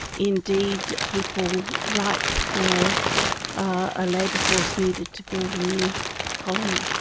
indeed people ripe for a labour force needed to build a new colony.